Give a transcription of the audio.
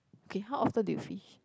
okay how often do you fish